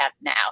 now